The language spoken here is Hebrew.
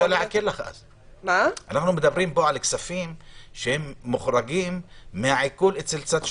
אנחנו מדברים על כספים שמוחרגים מהעיקול אצל צד שלישי.